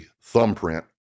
thumbprint